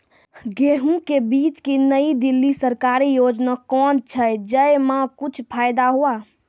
गेहूँ के बीज की नई दिल्ली सरकारी योजना कोन छ जय मां कुछ फायदा हुआ?